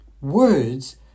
words